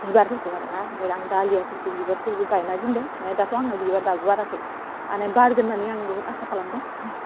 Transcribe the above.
बिबारफोरखौ आरो ना ओमफाय आं डालियाफोरखौ बिबारखौबो गायना दोनदों माने दाथ' आंना बिबार दाबो बाराखै माने बारगोन होन्नानै आं बुहुत आसा खालामदों